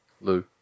Lou